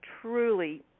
truly